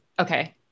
okay